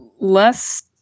less